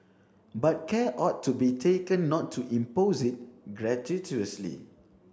but care ought to be taken not to impose it gratuitously